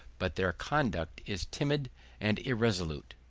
but their conduct is timid and irresolute.